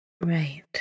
Right